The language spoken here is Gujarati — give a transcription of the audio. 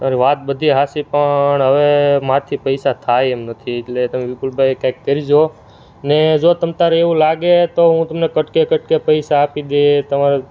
અરે વાત બધી સાચી પણ હવે મારથી પૈસા થાય એમ નથી એટલે તમે વિપુલભાઈ કાંઇક કરી જુઓ ને જો તમ તમારે એવું લાગે તો હું તમને કટકે કટકે પૈસા આપી દયે તમારું